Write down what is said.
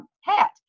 hat